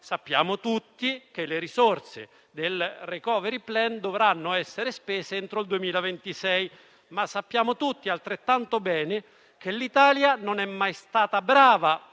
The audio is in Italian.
Sappiamo tutti che le risorse del *recovery plan* dovranno essere spese entro il 2026, ma sappiamo tutti altrettanto bene che l'Italia non è mai stata brava